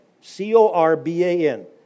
C-O-R-B-A-N